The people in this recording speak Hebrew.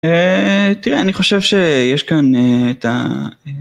אה... תראה אני חושב שיש כאן אה... את ה...